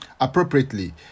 appropriately